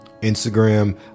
Instagram